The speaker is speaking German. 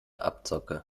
abzocke